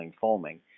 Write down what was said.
foaming